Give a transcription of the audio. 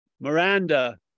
Miranda